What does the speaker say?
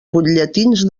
butlletins